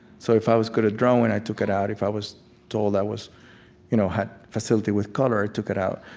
so if i was good at drawing, i took it out. if i was told i you know had facility with color, i took it out.